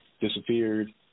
disappeared